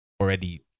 already